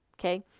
okay